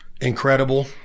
Incredible